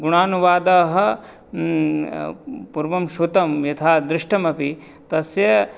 गुणानुवादः पूर्वं श्रुतं यथा दृष्टमपि तस्य